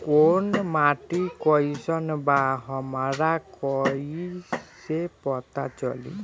कोउन माटी कई सन बा हमरा कई से पता चली?